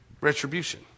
Retribution